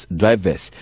drivers